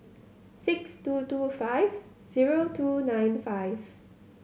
six two two five zero two nine five